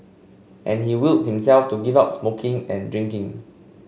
and he willed himself to give up smoking and drinking